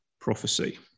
prophecy